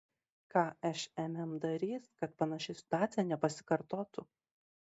ką šmm darys kad panaši situacija nepasikartotų